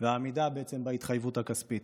והעמידה בהתחייבות הכספית.